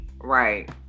Right